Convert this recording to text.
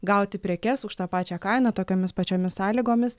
gauti prekes už tą pačią kainą tokiomis pačiomis sąlygomis